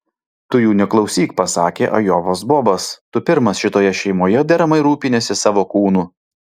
tu jų neklausyk pasakė ajovos bobas tu pirmas šitoje šeimoje deramai rūpiniesi savo kūnu